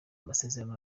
amasezerano